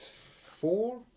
four